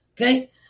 okay